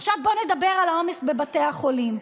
בוא נדבר על העומס בבתי החולים: